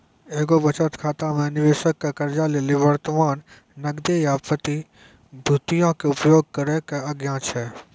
एगो बचत खाता मे निबेशको के कर्जा लेली वर्तमान नगदी या प्रतिभूतियो के उपयोग करै के आज्ञा छै